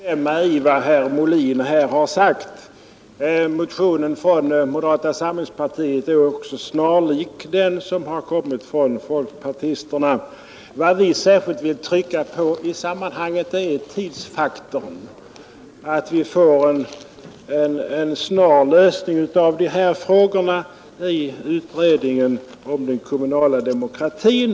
Herr talman! Jag vill instämma i allt vad herr Molin här har sagt. Motionen från moderata samlingspartiet i den här frågan är också snarlik den som väckts av folkpartiet. Vad vi särskilt vill trycka på i sammanhanget är tidsfaktorn — att frågan om ökad insyn i kommunala bolag får en snar lösning i utredningen om den kommunala demokratin.